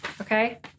Okay